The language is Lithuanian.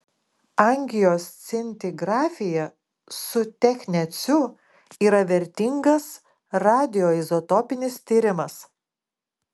angioscintigrafija su techneciu yra vertingas radioizotopinis tyrimas